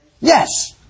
Yes